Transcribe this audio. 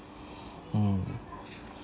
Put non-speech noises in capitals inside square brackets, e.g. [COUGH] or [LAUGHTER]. [BREATH] mm